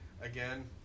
again